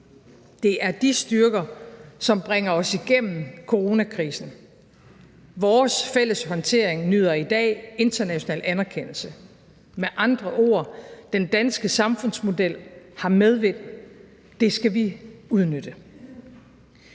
Det er de styrker, som bringer os igennem coronakrisen. Vores fælles håndtering nyder i dag international anerkendelse. Med andre ord har den danske samfundsmodel medvind, og det skal vi udnytte.